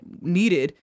needed